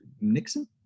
Nixon